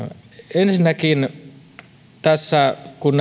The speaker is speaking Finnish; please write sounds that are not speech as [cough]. ensinnäkin tässä kun [unintelligible]